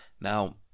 now